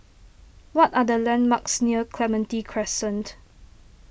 what are the landmarks near Clementi Crescent